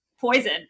poison